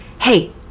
Hey